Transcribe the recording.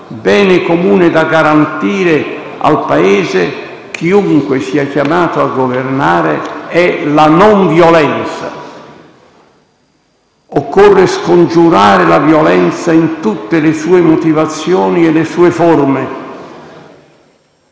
bene comune da garantire al Paese - chiunque sia chiamato a governare - è la non violenza. Occorre scongiurare la violenza in tutte le sue motivazioni e le sue forme.